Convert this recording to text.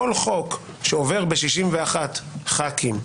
כל חוק שעובר ב-61 חברי כנסת,